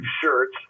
shirts